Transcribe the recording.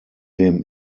dem